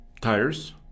tires